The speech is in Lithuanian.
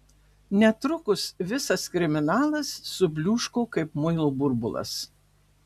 netrukus visas kriminalas subliūško kaip muilo burbulas